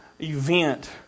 event